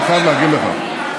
אני חייב להגיד לך,